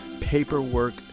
paperwork